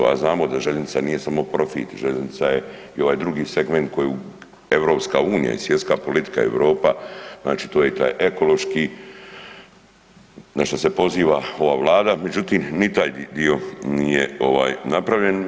A znamo da željeznica nije samo profit, željeznica je i ovaj drugi segment koji EU i svjetska politika Europa znači to je i taj ekološki na šta se poziva ova Vlada međutim ni taj dio nije ovaj napravljen.